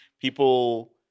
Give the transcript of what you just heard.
People